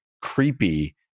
creepy